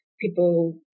people